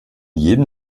jedem